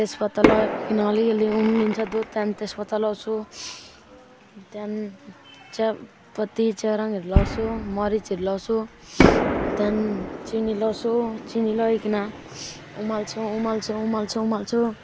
तेजपत्ता लगाइकन अलिअलि उम्लिन्छ दुध त्यहाँदेखि तेजपत्ता लगाउँछु त्यहाँदेखि चियापत्ती चिया रङहरू लगाउँछु मरिचहरू लगाउँछु त्यहाँदेखि चिनी लगाउँछु चिनी लगाइकन उमाल्छु उमाल्छु उमाल्छु उमाल्छु